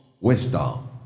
wisdom